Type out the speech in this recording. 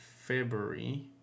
February